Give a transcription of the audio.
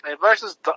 versus